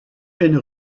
une